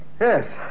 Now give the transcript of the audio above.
Yes